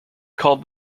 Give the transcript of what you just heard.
called